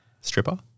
Stripper